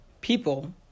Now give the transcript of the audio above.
people